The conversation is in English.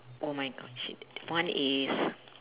oh my one is